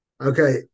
Okay